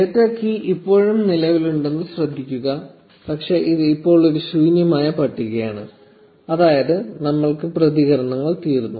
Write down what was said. data key ഇപ്പോഴും നിലവിലുണ്ടെന്ന് ശ്രദ്ധിക്കുക പക്ഷേ ഇത് ഇപ്പോൾ ഒരു ശൂന്യമായ പട്ടികയാണ് അതായത് നമ്മൾക്ക് പ്രതികരണങ്ങൾ തീർന്നു